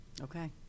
Okay